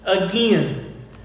again